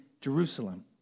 Jerusalem